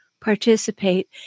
participate